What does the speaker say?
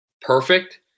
perfect